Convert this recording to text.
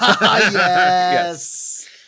Yes